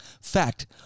Fact